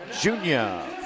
junior